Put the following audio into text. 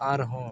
ᱟᱨᱦᱚᱸ